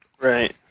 Right